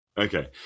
Okay